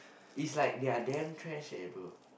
it's like they are damn trash eh bro